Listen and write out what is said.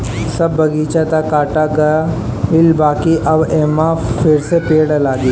सब बगीचा तअ काटा गईल बाकि अब एमे फिरसे पेड़ लागी